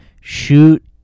shoot